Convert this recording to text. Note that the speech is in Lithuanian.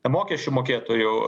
mokesčių mokėtojų